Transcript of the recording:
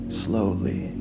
slowly